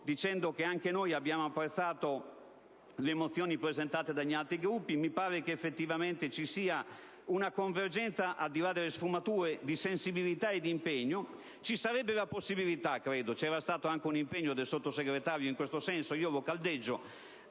stanno facendo. Abbiamo apprezzato anche noi le mozioni presentate dagli altri Gruppi: mi pare che ci sia una convergenza, al di là delle sfumature di sensibilità e di impegno. Ci sarebbe la possibilità - credo che ci sia stato anche un impegno del Sottosegretario in questo senso, e io lo caldeggio